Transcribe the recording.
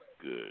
Good